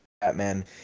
Batman